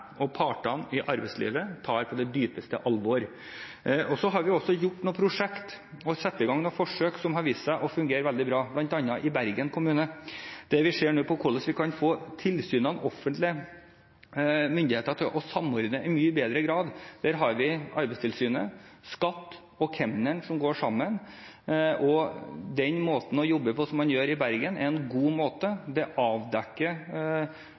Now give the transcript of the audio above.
og partene i arbeidslivet tar på dypeste alvor. Så har vi også hatt noen prosjekter og satt i gang noen forsøk som har vist seg å fungere veldig bra, bl.a. i Bergen kommune, der vi nå ser på hvordan vi kan få tilsynene og offentlige myndigheter til å samordne i mye større grad. Der går Arbeidstilsynet, skattekontoret og kemneren sammen, og den måten å jobbe på som man gjør i Bergen, er en god måte.